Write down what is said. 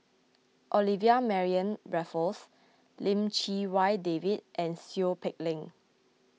Olivia Mariamne Raffles Lim Chee Wai David and Seow Peck Leng